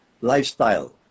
lifestyle